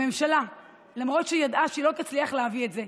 הממשלה, למרות שידעה שלא תצליח להביא את זה,